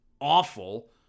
awful